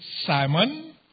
Simon